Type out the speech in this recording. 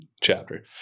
chapter